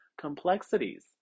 complexities